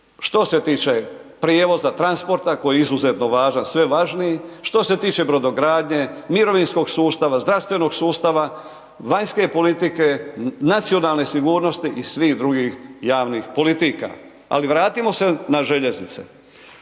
Što se tiče prijevoza, transporta, koji je izuzetno važan, sve važniji, što se tiče brodogradnje, mirovinskog sustava, zdravstvenog sustava, vanjske politike, nacionalne sigurnosti i svih drugih javnih politika. Ali, vratimo se na željeznice.